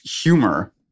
humor